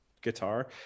guitar